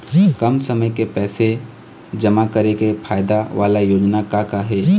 कम समय के पैसे जमा करे के फायदा वाला योजना का का हे?